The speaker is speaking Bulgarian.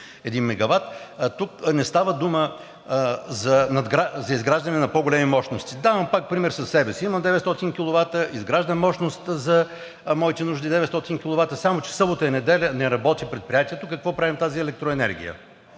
Тук не става дума за изграждане на по-големи мощности. Давам пак пример със себе си: имам 900 киловата, изграждам мощност за моите нужди – 900 киловата, само че в събота и неделя предприятието не работи. Какво правим тази електроенергия?